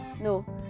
no